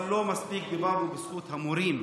אבל לא מספיק דיברנו בזכות המורים.